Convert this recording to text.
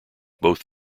both